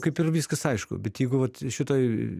kaip ir viskas aišku bet jeigu vat šitoj